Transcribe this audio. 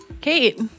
Kate